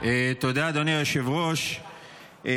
אדוני היושב-ראש,